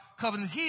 covenant